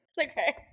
Okay